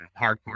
hardcore